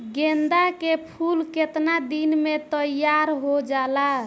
गेंदा के फूल केतना दिन में तइयार हो जाला?